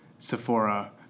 Sephora